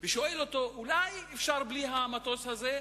לשאול אותו: אולי אפשר בלי המטוס הזה?